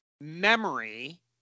memory